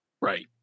Right